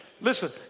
Listen